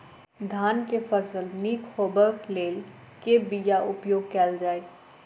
धान केँ फसल निक होब लेल केँ बीया उपयोग कैल जाय?